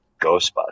Ghostbusters